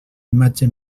imatge